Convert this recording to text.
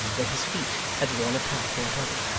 where his feet had worn a path already.